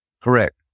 Correct